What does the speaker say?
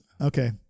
okay